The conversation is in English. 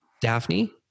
Daphne